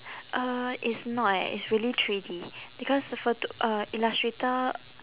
uh it's not eh it's really three D because the phot~ uh illustrator